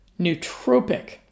nootropic